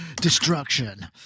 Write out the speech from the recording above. Destruction